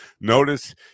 notice